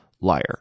liar